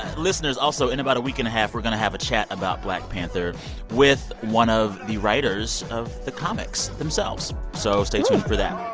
listeners, also, in about a week and a half we're going to have a chat about black panther with one of the writers of the comics themselves. so stay tuned for that